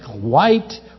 white